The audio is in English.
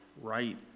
right